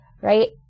right